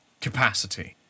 capacity